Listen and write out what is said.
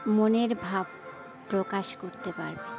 মনের ভাব প্রকাশ করতে পারবে